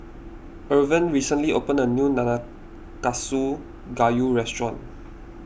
Irven recently opened a new Nanakusa Gayu restaurant